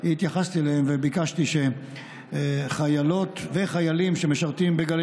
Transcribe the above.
התייחסתי אליהם וביקשתי שחיילות וחיילים שמשרתים בגלי